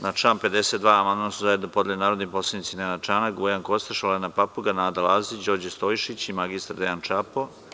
Na član 52. amandman su zajedno podneli narodni poslanici Nenad Čanak, Bojan Kostreš, Olena Papuga, Nada Lazić, Đorđe Stojšić i mr Dejan Čapo.